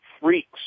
freaks